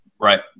Right